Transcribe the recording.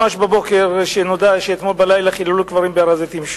ממש בבוקר נודע שאתמול בלילה חיללו קברים בהר-הזיתים,